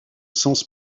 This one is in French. sens